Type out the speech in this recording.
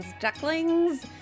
ducklings